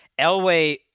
Elway